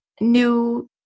new